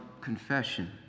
confession